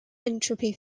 entropy